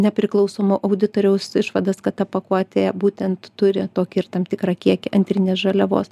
nepriklausomo auditoriaus išvadas kad ta pakuotė būtent turi tokį ir tam tikrą kiekį antrinės žaliavos